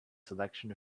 selection